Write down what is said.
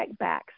checkbacks